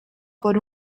por